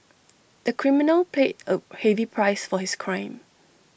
the criminal paid A heavy price for his crime